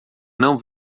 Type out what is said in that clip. não